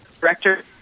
director